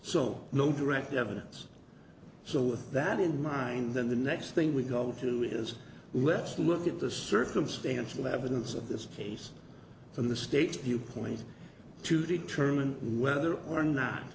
no direct evidence so with that in mind then the next thing we go through is let's look at the circumstantial evidence of this case from the state's viewpoint to determine whether or not